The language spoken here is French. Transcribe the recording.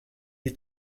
est